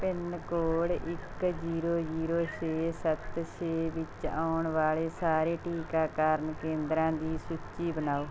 pin code ਇੱਕ zero zero ਛੇ ਸੱਤ ਛੇ ਵਿੱਚ ਆਉਣ ਵਾਲੇ ਸਾਰੇ ਟੀਕਾਕਰਨ ਕੇਂਦਰਾਂ ਦੀ ਸੂਚੀ ਬਣਾਓ